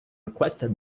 requested